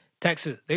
Texas